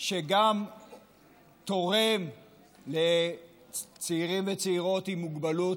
שגם תורם לצעירים וצעירות עם מוגבלות,